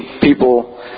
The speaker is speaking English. people